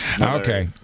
Okay